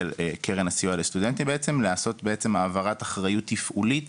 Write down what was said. קרן הסיוע לסטודנטים לעשות העברת בעלות תפעולית